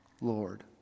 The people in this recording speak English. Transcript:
Lord